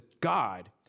God